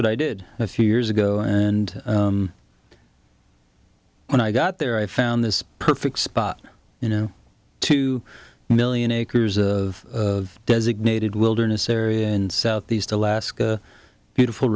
what i did a few years ago and when i got there i found this perfect spot you know two million acres of designated wilderness area in southeast alaska beautiful